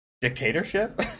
Dictatorship